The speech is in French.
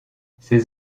ses